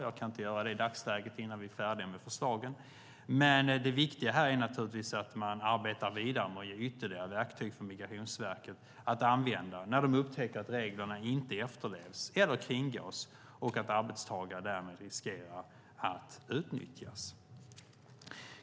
Jag kan inte göra det i dagsläget, innan vi är färdiga med förslagen. Men det viktiga här är naturligtvis att man arbetar vidare med att ge ytterligare verktyg för Migrationsverket att använda när de upptäcker att reglerna kringgås eller inte efterlevs och att arbetstagare därmed riskerar att utnyttjas.